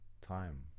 time